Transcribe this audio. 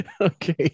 Okay